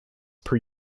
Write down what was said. per